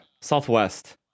Southwest